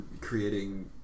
creating